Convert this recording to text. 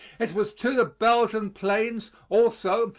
it was to the belgian plains, also,